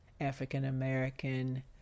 African-American